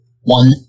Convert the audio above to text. One